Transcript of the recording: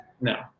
No